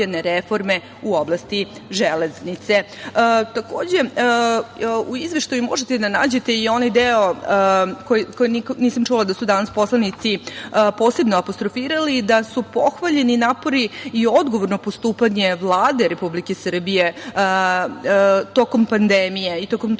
u oblasti železnice. Takođe, u izveštaju možete da nađete i onaj deo koji nisam čula da su danas poslanici posebno apostrofirali da su pohvaljeni napori i odgovorno postupanje Vlade Republike Srbije tokom pandemije i tokom tog